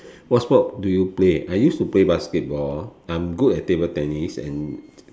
what sport do you play I used to play basketball I'm good at table tennis and